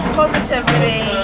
positivity